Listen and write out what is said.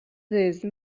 these